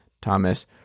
Thomas